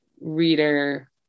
reader